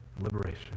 liberation